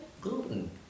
Gluten